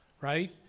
right